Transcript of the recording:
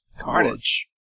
Carnage